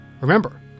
Remember